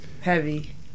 Heavy